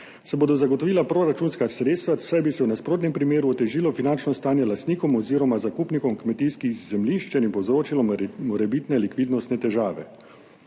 se bodo zagotovila proračunska sredstva, saj bi se v nasprotnem primeru otežilo finančno stanje lastnikom oziroma zakupnikom kmetijskih zemljišč ter jim povzročilo morebitne likvidnostne težave.